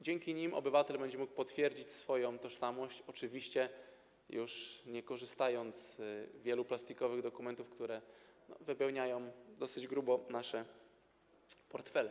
Dzięki nim obywatel będzie mógł potwierdzić swoją tożsamość, oczywiście nie korzystając już z wielu plastikowych dokumentów, które wypełniają dosyć grubo nasze portfele.